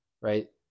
right